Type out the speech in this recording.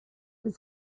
was